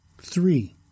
Three